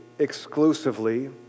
exclusively